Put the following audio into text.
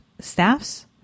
staffs